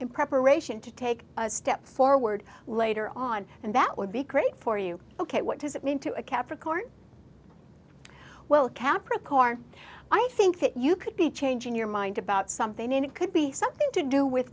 in preparation to take a step forward later on and that would be great for you ok what does it mean to a capricorn well capricorn i think that you could be changing your mind about something and it could be something to do with